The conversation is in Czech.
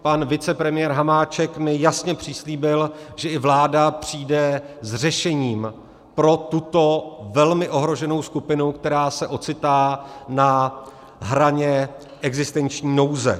Pan vicepremiér Hamáček mi jasně přislíbil, že i vláda přijde s řešením pro tuto velmi ohroženou skupinu, která se ocitá na hraně existenční nouze.